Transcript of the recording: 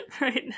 right